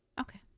Okay